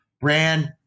brand